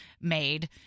made